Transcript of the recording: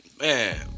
Man